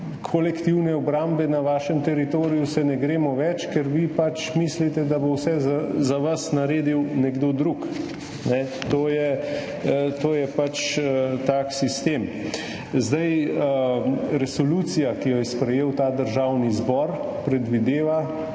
kolektivne obrambe na vašem teritoriju se ne gremo ve, ker vi pač mislite, da bo vse za vas naredil nekdo drug. To je pač tak sistem. Resolucija, ki jo je sprejel Državni zbor predvideva